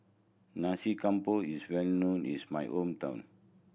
Nasi Campur is well known is my hometown